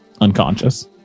unconscious